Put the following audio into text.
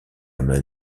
mains